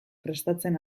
prestatzen